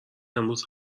امروز